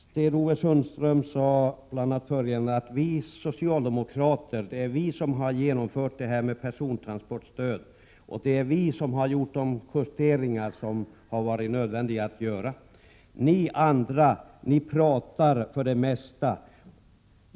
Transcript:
Sten-Ove Sundström sade bl.a. att det är socialdemokraterna som har genomfört persontransportstödet och gjort de justeringar som har varit nödvändiga att göra, medan vi andra pratar för det mesta.